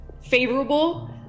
favorable